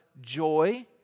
joy